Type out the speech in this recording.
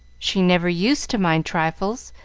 she never used to mind trifles,